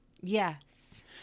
yes